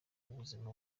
ubuzima